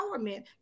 empowerment